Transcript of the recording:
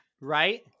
Right